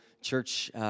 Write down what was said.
church